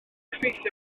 effeithio